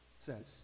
says